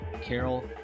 Carol